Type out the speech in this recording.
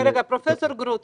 פרופ' גרוטו,